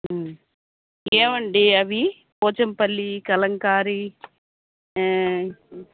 ఏవండీ అవి పోచంపల్లి కలంకారీ